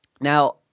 now